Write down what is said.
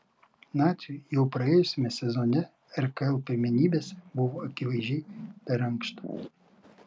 naciui jau praėjusiame sezone rkl pirmenybėse buvo akivaizdžiai per ankšta